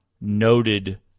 noted